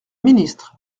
ministre